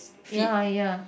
ya ya